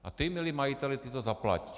A ty, milý majiteli, ty to zaplať.